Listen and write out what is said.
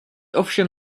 ovšem